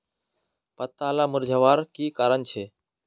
पत्ताला मुरझ्वार की कारण छे?